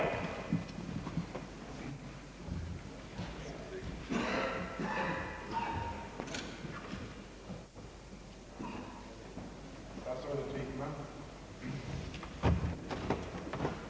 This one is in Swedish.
Är detta lättsinne?